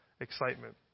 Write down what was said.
excitement